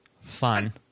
fun